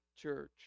church